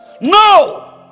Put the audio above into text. No